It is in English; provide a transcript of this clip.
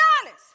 honest